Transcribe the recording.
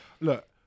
Look